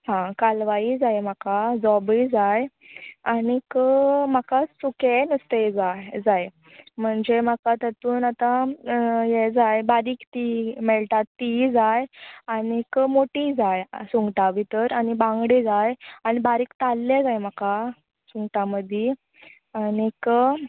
हां काल्वांय जाय म्हाका जोबूय जाय आनीक म्हाका सुकेंय नुस्तें जाय जाय म्हणजे म्हाका तेतून आतां हें जाय बारीक तीं मेळटात तींय जाय आनीक मोटीय जाय सुंगटं भितर आनी बांगडे जाय आनी बारीक ताल्ले जाय म्हाका सुंगटां मदीं आनीक